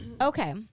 Okay